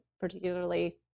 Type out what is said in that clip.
particularly